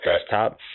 desktop